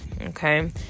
okay